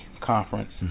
conference